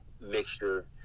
mixture